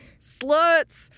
Sluts